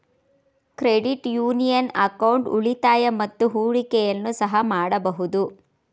credit union account ಉಳಿತಾಯ ಮತ್ತು ಹೂಡಿಕೆಯನ್ನು ಸಹ ಮಾಡಬಹುದು